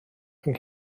rhwng